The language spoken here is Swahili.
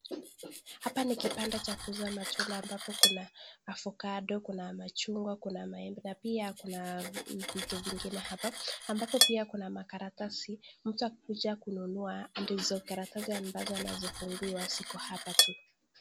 Hapa ni kibanda cha kuuza matunda ambapo kuna ovacado , kuna machungwa, kuna maembe na pia kuna vitu vingine hapa ambapo pia kuna makaratasi mtu akikuja kununua ndizo karatasi ambazo anazofungiwa ziko hapa tu.